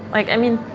like, i mean,